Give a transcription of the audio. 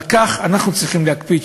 על כך אנחנו צריכים להקפיד,